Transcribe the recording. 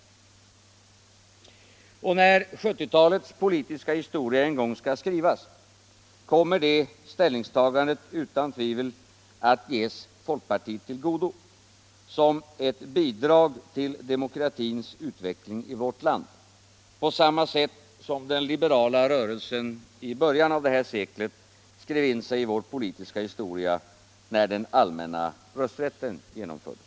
När 1970-talets politiska historia en gång skall skrivas, kommer det ställningstagandet utan tvivel att räknas folkpartiet till godo som ett bidrag till demokratins utveckling i vårt land på samma sätt som den liberala rörelsen i början av det här seklet skrev in sig i vår politiska historia då den allmänna rösträtten genomfördes.